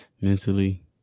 mentally